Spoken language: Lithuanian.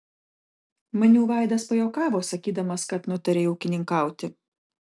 maniau vaidas pajuokavo sakydamas kad nutarei ūkininkauti